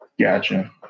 Gotcha